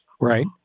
right